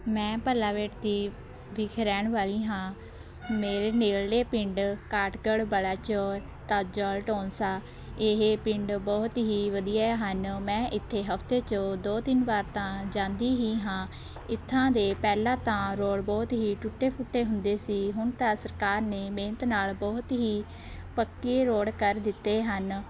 ਮੈਂ ਭੱਲਾ ਬੇਟ ਦੀ ਵਿਖੇ ਰਹਿਣ ਵਾਲੀ ਹਾਂ ਮੇਰੇ ਨੇੜਲੇ ਪਿੰਡ ਕਾਠਗੜ੍ਹ ਬਲਾਚੋਰ ਤਾਜੋਵਾਲ ਟੌਂਸਾ ਇਹ ਪਿੰਡ ਬਹੁਤ ਹੀ ਵਧੀਆ ਹਨ ਮੈਂ ਇੱਥੇ ਹਫ਼ਤੇ 'ਚ ਦੋ ਤਿੰਨ ਵਾਰ ਤਾਂ ਜਾਂਦੀ ਹੀ ਹਾਂ ਇੱਥਾਂ ਦੇ ਪਹਿਲਾਂ ਤਾਂ ਰੋਡ ਬਹੁਤ ਹੀ ਟੁੱਟੇ ਫੁੱਟੇ ਹੁੰਦੇ ਸੀ ਹੁਣ ਤਾਂ ਸਰਕਾਰ ਨੇ ਮਿਹਨਤ ਨਾਲ਼ ਬਹੁਤ ਹੀ ਪੱਕੇ ਰੋਡ ਕਰ ਦਿੱਤੇ ਹਨ